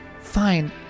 fine